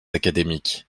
académiques